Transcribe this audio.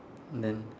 then